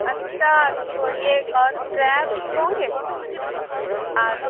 اچھا چھوڑیے ایک اور کریبس ہوں گے آج